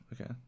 okay